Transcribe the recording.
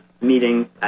meeting